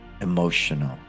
emotional